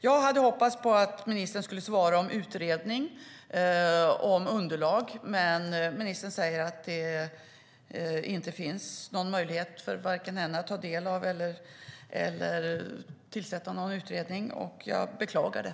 Jag hade hoppats att ministern skulle svara att det tillsätts en utredning för att få underlag, men ministern säger att det inte finns någon möjlighet för henne att tillsätta en utredning. Jag beklagar det.